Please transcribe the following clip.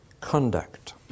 conduct